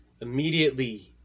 immediately